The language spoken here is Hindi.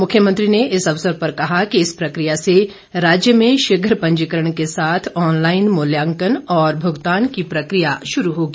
मुख्यमंत्री ने इस अवसर पर कहा कि इस प्रक्रिया से राज्य में शीघ्र पंजीकरण के साथ ऑनलाईन मुल्यांकन और भुगतान की प्रक्रिया शुरू होगी